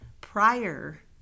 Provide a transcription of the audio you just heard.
prior